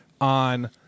on